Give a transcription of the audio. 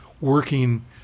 working